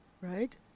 right